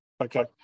Okay